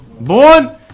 born